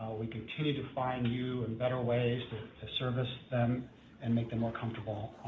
we continue to find new and better ways to service them and make the more comfortable